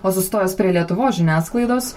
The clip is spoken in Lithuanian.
o sustojęs prie lietuvos žiniasklaidos